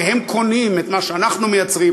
והם קונים את מה שאנחנו מייצרים,